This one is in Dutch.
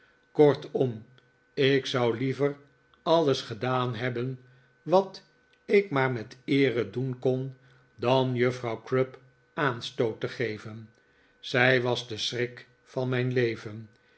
kortom ik zou liever alles gedaan hebben wat ik maar met eere doen kon dan juffrouw crupp aanstoot te geven zij was de schrik van mijn leven